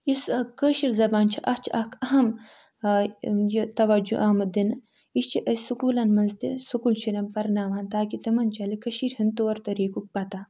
یُس کٲشِر زبان چھِ اَتھ چھِ اَکھ اہَم یہِ توجوٗ آمُت دِنہٕ یہِ چھِ أسۍ سُکوٗلَن منٛز تہِ سکوٗل شُریٚن پرناوان تاکہِ تِمَن چَلہِ کٔشیٖرِ ہٕنٛدۍ طور طریٖقُک پتا